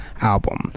album